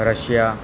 Russia